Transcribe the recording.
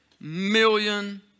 million